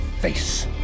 face